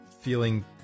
feeling